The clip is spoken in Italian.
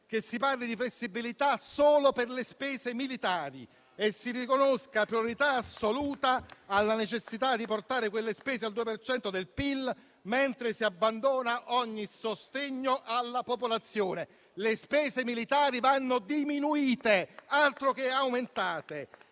che si parli di flessibilità solo per le spese militari e si riconosca priorità assoluta alla necessità di portare quelle spese al 2 per cento del PIL, mentre si abbandona ogni sostegno alla popolazione. Le spese militari vanno diminuite, altro che aumentate!